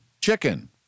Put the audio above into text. chicken